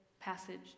passage